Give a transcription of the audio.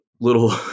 little